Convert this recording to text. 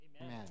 amen